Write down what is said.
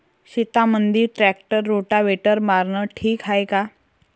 शेतामंदी tractor rotavator मारनं ठीक हाये का?